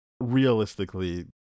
realistically